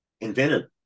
invented